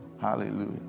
Hallelujah